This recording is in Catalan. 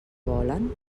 volen